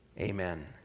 amen